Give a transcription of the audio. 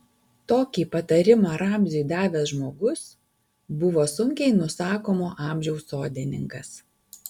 tokį patarimą ramziui davęs žmogus buvo sunkiai nusakomo amžiaus sodininkas